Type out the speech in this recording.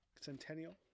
centennial